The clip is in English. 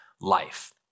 life